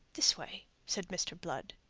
this way, said mr. blood.